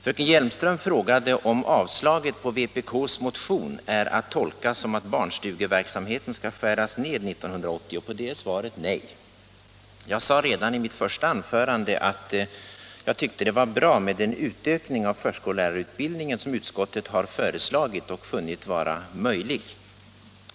Fröken Hjelmström frågade om avstyrkandet av vpk:s motion är att tolka så att barnstugeverksamheten skall skäras ned 1980. På det är svaret nej. Jag sade redan i mitt första anförande att jag tyckte att den utökning av förskollärarutbildningen som utskottet funnit vara möjlig och föreslagit var bra.